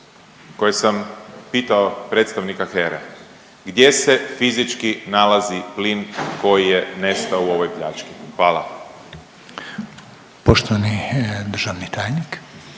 koje sam pitao predstavnika HERA-e, gdje se fizički nalazi plin koji je nestao u ovoj pljački? Hvala. **Reiner, Željko